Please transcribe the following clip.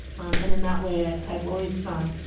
um and in that way i've always found!